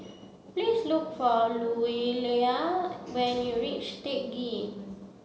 please look for Louella when you reach Teck Ghee